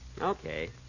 Okay